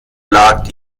lag